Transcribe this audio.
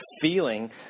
feeling